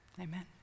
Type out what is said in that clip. Amen